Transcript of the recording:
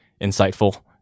insightful